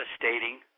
devastating